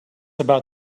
about